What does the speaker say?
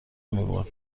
میبرد